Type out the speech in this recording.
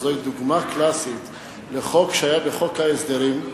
זוהי דוגמה קלאסית לחוק שהיה בחוק ההסדרים,